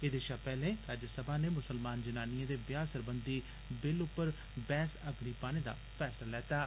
एहदे शा पैहले राज्यसमा नै मुसलमान जनानिएं दे व्याह् सरबंधी बिल उप्पर बैह्स अगड़ी पाने दा फैसला कीता ऐ